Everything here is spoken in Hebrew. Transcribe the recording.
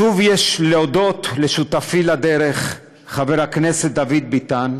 שוב, יש להודות לשותפי לדרך, חבר הכנסת דוד ביטן.